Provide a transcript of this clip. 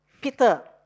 Peter